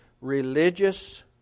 Religious